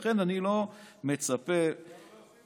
לכן, אני לא מצפה, למה לא עושים את זה?